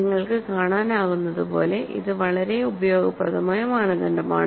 നിങ്ങൾക്ക് കാണാനാകുന്നതുപോലെ ഇത് വളരെ ഉപയോഗപ്രദമായ മാനദണ്ഡമാണ്